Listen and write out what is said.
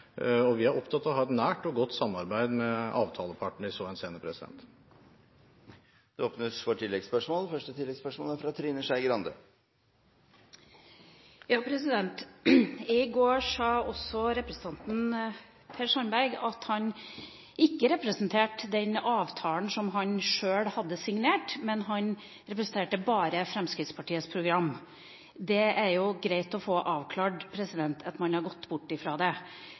Vi er opptatt av å ha et nært og godt samarbeid med avtalepartene i så henseende. Det blir oppfølgingsspørsmål – først Trine Skei Grande. I går sa også representanten Per Sandberg at han ikke representerte den avtalen som han sjøl hadde signert, men at han bare representerte Fremskrittspartiets program. Det er jo greit å få avklart at man har gått bort fra det,